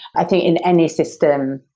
i think in any system,